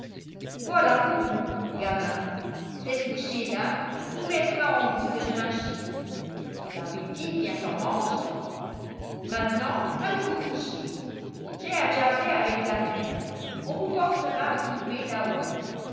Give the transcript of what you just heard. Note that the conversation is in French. voilà pour vous gamins cette bouchée là vous mettra en goût de grinchir l'appétit vient en mangeant maintenant allez vous coucher j'ai à jaser avec la mère on vous portera à souper là-haut